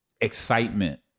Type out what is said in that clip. excitement